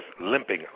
limping